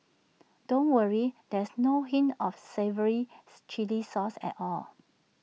don't worry there's no hint of the savouries Chilli sauce at all